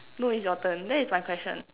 no it's your turn that it's my question